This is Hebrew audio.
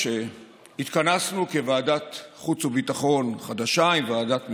כשהתכנסנו כוועדת חוץ וביטחון חדשה עם ועדת משנה,